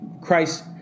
Christ